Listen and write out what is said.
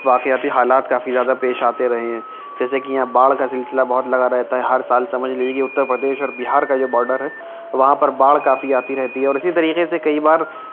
واقعاتی حالات کافی زیادہ پیش آتے رہے ہیں جیسے کہ یہاں باڑھ کا سلسلہ بہت لگا رہتا ہے ہر سال سمجھ لیجیے کہ اتر پردیش اور بہار کا جو باڈر ہے وہاں پر باڑھ کافی آتی رہتی ہے اور اسی طریقے سے کئی بار